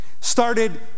started